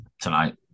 tonight